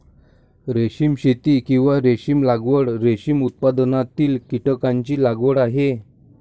रेशीम शेती, किंवा रेशीम लागवड, रेशीम उत्पादनातील कीटकांची लागवड आहे